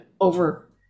over